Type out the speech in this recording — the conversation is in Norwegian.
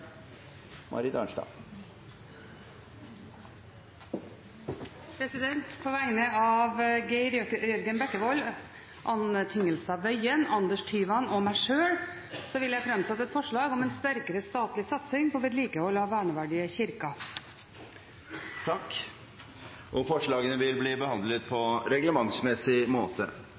Marit Arnstad vil også fremsette et representantforslag. På vegne av representantene Geir Jørgen Bekkevold, Anne Tingelstad Wøien, Anders Tyvand og meg sjøl vil jeg framsette et forslag om en sterkere statlig satsing på vedlikehold av verneverdige kirker. Forslagene vil bli behandlet